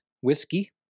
whiskey